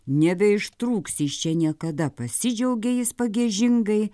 nebeištrūksi iš čia niekada pasidžiaugė jis pagiežingai